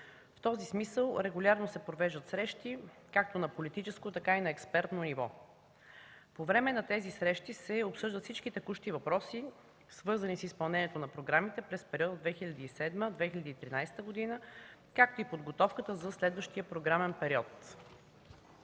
В този смисъл регулярно се провеждат срещи както на политическо, така и на експертно ниво. По време на тези срещи се обсъждат всички текущи въпроси, свързани с изпълнението на програмите през периода 2007-2013 г., както и подготовката за следващия програмен период.